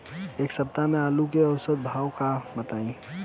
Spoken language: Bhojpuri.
एक सप्ताह से आलू के औसत भाव का बा बताई?